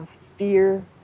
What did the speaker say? fear